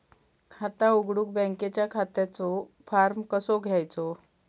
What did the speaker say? खाता उघडुक बँकेच्या खात्याचो फार्म कसो घ्यायचो?